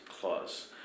clause